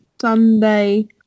Sunday